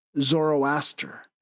Zoroaster